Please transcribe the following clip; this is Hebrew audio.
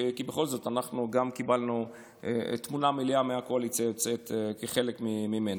כי בכל זאת קיבלנו תמונה מלאה מהקואליציה היוצאת כחלק ממנה.